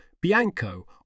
Bianco